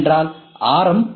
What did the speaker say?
என்றால் ஆர்